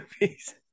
movies